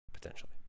Potentially